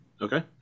Okay